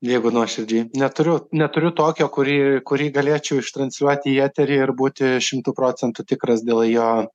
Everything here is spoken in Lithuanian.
jeigu nuoširdžiai neturiu neturiu tokio kurį kurį galėčiau ištransliuoti į eterį ir būti šimtu procentų tikras dėl jo